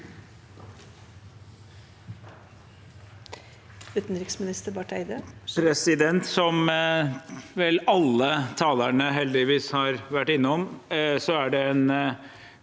utenriksminister Barth Eide